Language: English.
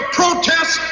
protest